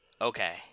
Okay